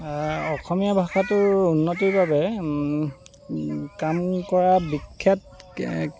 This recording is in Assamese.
অসমীয়া ভাষাটোৰ উন্নতিৰ বাবে কাম কৰা বিখ্যাত